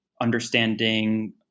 understanding